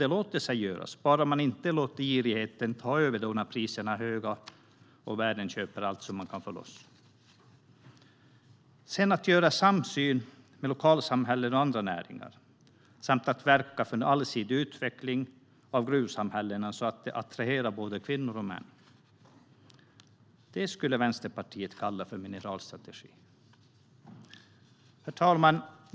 Det låter sig göras, bara man inte låter girigheten ta över när priserna är höga och världen köper allt som man kan få loss. Detta ska göras i samsyn med lokalsamhällen och andra näringar, och man ska verka för en allsidig utveckling av gruvsamhällena så att de attraherar både kvinnor och män. Det skulle Vänsterpartiet kalla för mineralstrategi. Herr talman!